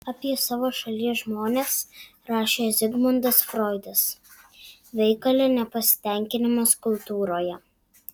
apie savo šalies žmones rašė zigmundas froidas veikale nepasitenkinimas kultūroje